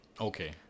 okay